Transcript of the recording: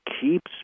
keeps